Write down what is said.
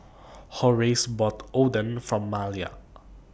Horace bought Oden For Malia